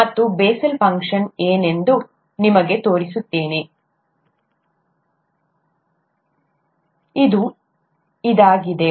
ಮತ್ತು Bessel's function function ಏನೆಂದು ನಾನು ನಿಮಗೆ ತೋರಿಸುತ್ತೇನೆ ಇದು ಇದಾಗಿದೆ